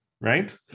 right